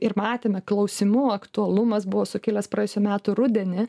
ir matėme klausimų aktualumas buvo sukilęs praėjusių metų rudenį